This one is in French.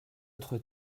autre